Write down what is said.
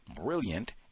brilliant